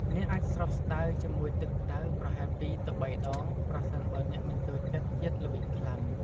អ្នកអាចស្រុះ ស្តៅជាមួយទឹកក្ដៅ ប្រហែលជា ២ ទៅ៣ ដង ប្រសិនបើមិនចូលចិត្តជាតិល្វីងខ្លាំង។